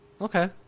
Okay